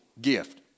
gift